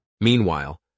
Meanwhile